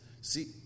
See